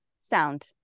Sound